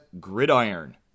gridiron